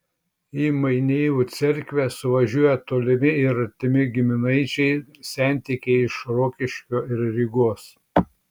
į maineivų cerkvę suvažiuoja tolimi ir artimi giminaičiai sentikiai iš rokiškio ir rygos